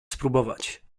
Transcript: spróbować